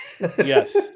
Yes